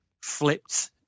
flipped